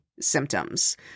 symptoms